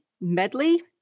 medley